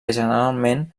generalment